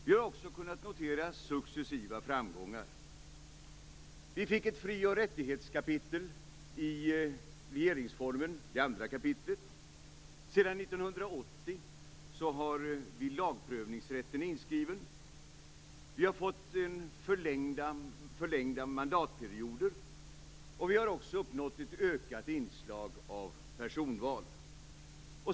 Vi har också kunnat notera successiva framgångar. Vi fick ett fri och rättighetskapitel i regeringsformens 2 kap. Sedan 1980 har vi lagprövningsrätten inskriven. Vi har fått förlängda mandatperioder, och vi har också uppnått ett ökat inslag av personval.